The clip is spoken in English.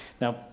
now